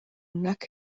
nac